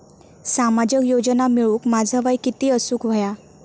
सामाजिक योजना मिळवूक माझा वय किती असूक व्हया?